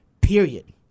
period